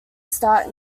start